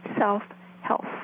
self-health